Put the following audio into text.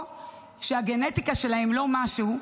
או שהגנטיקה שלהם לא משהו,